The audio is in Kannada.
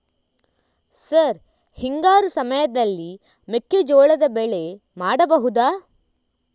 ಸರ್ ಹಿಂಗಾರು ಸಮಯದಲ್ಲಿ ಮೆಕ್ಕೆಜೋಳದ ಬೆಳೆ ಮಾಡಬಹುದಾ?